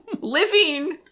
living